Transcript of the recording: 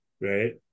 right